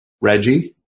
Reggie